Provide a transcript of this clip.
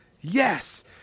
yes